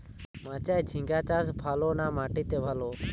মাচায় ঝিঙ্গা চাষ ভালো না মাটিতে ভালো?